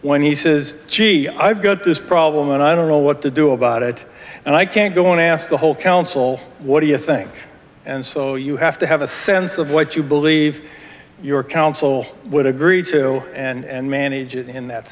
when he says gee i've got this problem and i don't know what to do about it and i can't go and ask the whole council what do you think and so you have to have a sense of what you believe your council would agree to and manages in that